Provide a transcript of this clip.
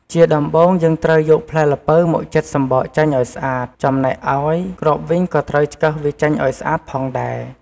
ជាដំំំបូង យើងត្រូវយកផ្លែល្ពៅមកចិតសំបកចេញឲ្យស្អាត ចំណែកឲ្យគ្រាប់វិញក៏ត្រូវឆ្កឹះវាចេញឲ្យស្អាតផងដែរ។